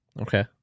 Okay